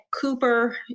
Cooper